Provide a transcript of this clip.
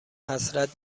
حسرت